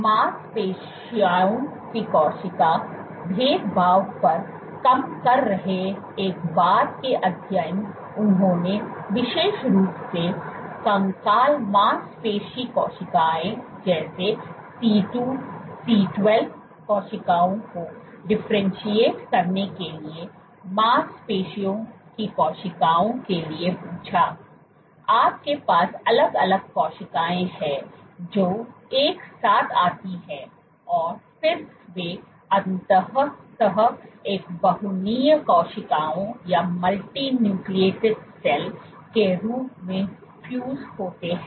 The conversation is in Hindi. मांसपेशियों की कोशिका भेदभाव पर काम कर रहे एक बाद के अध्ययनउन्होंने विशेष रूप से कंकाल मांसपेशी कोशिकाओं जैसे C2 C12 कोशिकाओं को डिफरेंटशिएट करने के लिए मांसपेशियों की कोशिकाओं के लिए पूछा आपके पास अलग अलग कोशिकाएं हैं जो एक साथ आती हैं और फिर वे अंततः एक बहुनीय कोशिकाओं के रूप में फ्यूज होते हैं